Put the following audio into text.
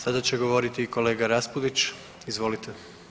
Sada će govoriti kolega Raspudić, izvolite.